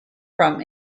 from